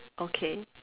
okay